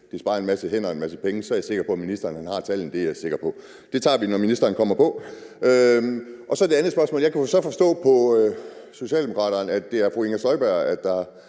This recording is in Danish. det sparer en masse hænder og en masse penge; så er jeg sikker på, ministeren han har tallet. Det tager vi, når ministeren kommer på. Mit andet spørgsmål er med udgangspunkt i, at jeg kan forstå på Socialdemokraterne, at det er fru Inger Støjberg,